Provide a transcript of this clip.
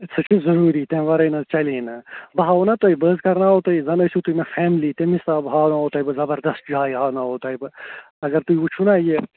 سُہ چُھ ضروٗری تٔمہِ وَرٲے نہَ حظ چَلی نہَ بہٕ ہاوہو نا تۅہہِ بہٕ حظ کرناوَو تُہۍ زَن آسِو تُہۍ مےٚ فیملی تٔمۍ حِساب ہاوٕناوہو تُہۍ بہٕ زبردَس جایہِ ہاوٕناوہو تۅہہِ بہٕ اَگر تُہۍ وُچھِو نا یہِ